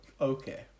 Okay